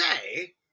say